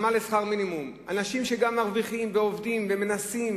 אנשים שגם מרוויחים, עובדים ומנסים,